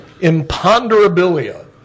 Imponderabilia